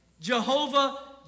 Jehovah